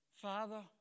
Father